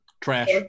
Trash